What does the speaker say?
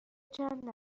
چند